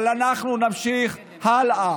אבל אנחנו נמשיך הלאה.